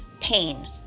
pain